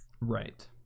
Right